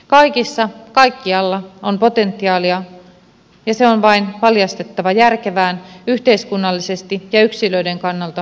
kaikissa kaikkialla on potentiaalia ja se on vain valjastettava järkevään yhteiskunnallisesti ja yksilöiden kannalta myönteiseen käyttöön